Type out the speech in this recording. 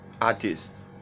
artists